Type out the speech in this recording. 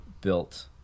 built